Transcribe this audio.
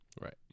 Right